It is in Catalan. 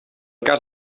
cas